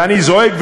ואני זועק,